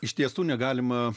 iš tiesų negalima